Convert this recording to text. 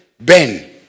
Ben